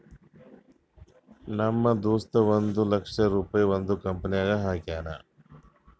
ನಮ್ ದೋಸ್ತ ಒಂದ್ ಲಕ್ಷ ರುಪಾಯಿ ಒಂದ್ ಕಂಪನಿನಾಗ್ ಹಾಕ್ಯಾನ್